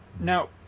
Now